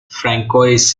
francois